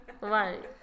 Right